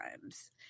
times